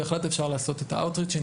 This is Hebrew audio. בהחלט אפשר לעשות את ה-Outreaching,